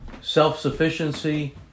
Self-sufficiency